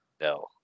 No